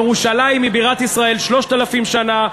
ירושלים היא בירת ישראל 3,000 שנה.